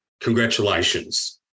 Congratulations